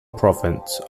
province